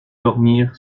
dormir